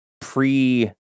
pre